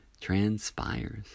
transpires